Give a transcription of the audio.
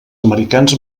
americans